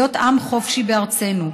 להיות עם חופשי בארצנו.